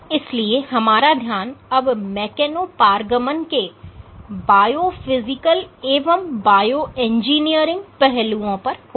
इसलिए हमारा ध्यान अब मेकेनो पारगमन के बायोफिजिकल एवं बायोइंजीनियरिंग पहलुओं पर होगा